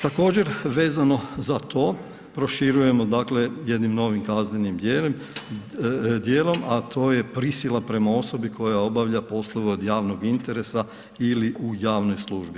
Također vezano za to, proširujemo dakle jednim novim kaznenim djelom a to je prisila prema osobi koja obavlja poslove od javnog interesa ili u javnoj službi.